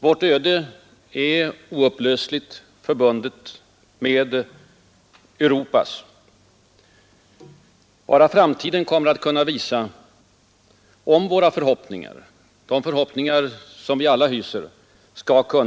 Vårt öde är oupplösligt Nr 138 förbundet med Europas. Endast framtiden kommer att kunna visa om Tisdagen den våra förhoppningar, de förhoppningar som vi alla hyser, skall infrias.